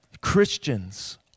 Christians